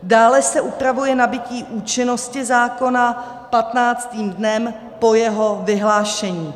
Dále se upravuje nabytí účinnosti zákona patnáctým dnem po jeho vyhlášení.